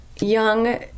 young